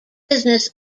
business